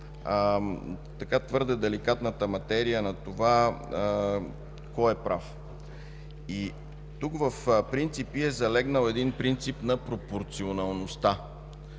твърде деликатната материя кой е прав. Тук в „принципи” е залегнал принципът на пропорционалността.